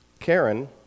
Karen